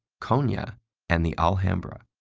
konya and the alhambra.